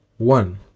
One